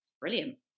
brilliant